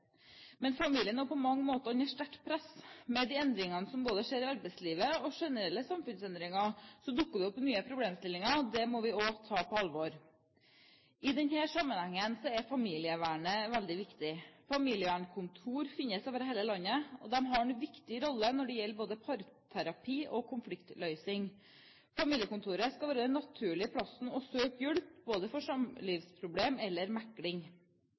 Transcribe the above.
Men familien er på mange måter under sterkt press. Med de endringene som skjer i arbeidslivet og generelle samfunnsendringer, dukker det opp nye problemstillinger. Det må vi også ta på alvor. I denne sammenhengen er familievernet veldig viktig. Familievernkontor finnes over hele landet, og de har en viktig rolle når det gjelder både parterapi og konfliktløsning. Familiekontoret skal være den naturlige plassen å søke hjelp for samlivsproblemer eller mekling.